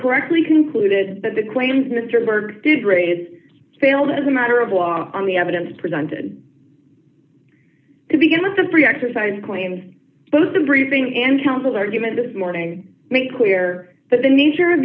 correctly concluded that the claims mr berg did raise failed as a matter of law on the evidence presented to begin with the free exercise claims both the briefing and counsel argument this morning made clear that the nature of